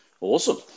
awesome